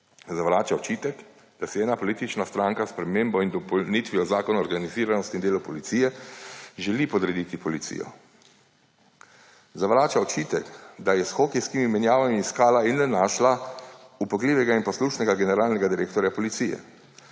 zavrača očitek, da si ena politična stranka s spremembo in dopolnitvijo Zakona o organiziranosti in delu policije želi podrediti policijo. Zavrača očitek, da je s hokejskimi menjavami iskala in le našla upogljivega in poslušnega generalnega direktorja policije.